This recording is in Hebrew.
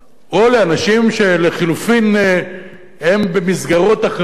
או לאנשים שלחלופין הם במסגרות אחרות,